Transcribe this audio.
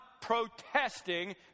protesting